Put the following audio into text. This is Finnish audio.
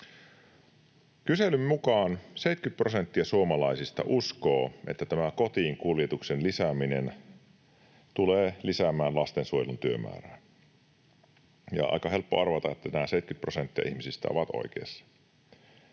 Kyselyn mukaan 70 prosenttia suomalaisista uskoo, että tämä kotiinkuljetuksen lisääminen tulee lisäämään lastensuojelun työmäärää, ja on aika helppo arvata, että nämä 70 prosenttia ihmisistä ovat oikeassa.